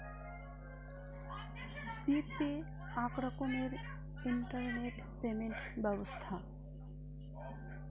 জি pay আক রকমের internet payment ব্যবছ্থা